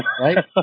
Right